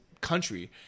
country